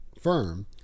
firm